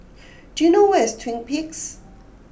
do you know where is Twin Peaks